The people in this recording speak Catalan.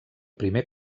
primer